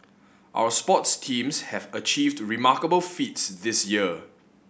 our sports teams have achieved remarkable feats this year